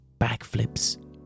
backflips